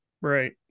right